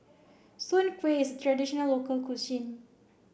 Soon Kway is a traditional local cuisine